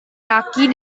kaki